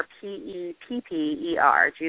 P-E-P-P-E-R